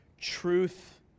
truth